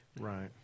Right